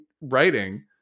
writing